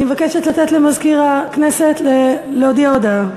אני מבקשת לתת למזכיר הכנסת להודיע הודעה.